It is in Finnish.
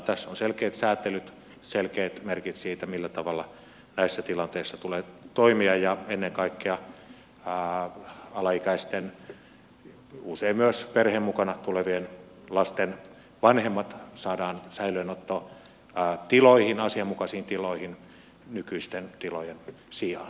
tässä on selkeät säätelyt selkeät merkit siitä millä tavalla näissä tilanteissa tulee toimia ja ennen kaikkea alaikäisten usein myös perheen mukana tulevien lasten vanhemmat saadaan säilöönottotiloihin asianmukaisiin tiloihin nykyisten tilojen sijaan